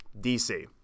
DC